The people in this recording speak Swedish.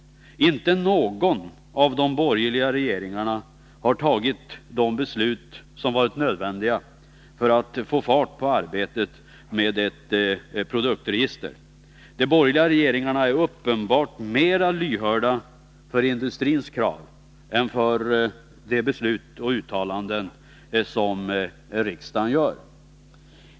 Inte någon av de borgerliga regeringarna har tagit de beslut som varit nödvändiga för att få fart på arbetet med ett produktregister. Den borgerliga regeringen är uppenbart mera lyhörd för industrins krav än för de beslut och uttalanden som riksdagen gör.